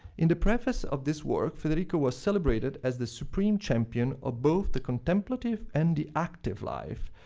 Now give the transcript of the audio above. in the preface of this work, federico was celebrated as the supreme champion of both the contemplative and the active life,